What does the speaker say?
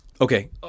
Okay